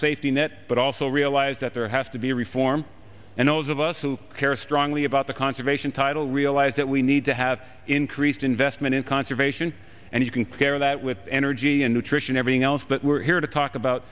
safety net but also realize that there has to be reform and those of us who care strongly about the conservation title realize that we need to have increased investment in conservation and you can compare that with energy and nutrition everything else but we're here to talk about